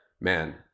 man